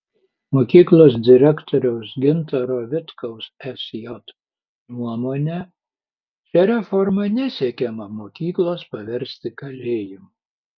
mokyklos direktoriaus gintaro vitkaus sj nuomone šia reforma nesiekiama mokyklos paversti kalėjimu